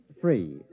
free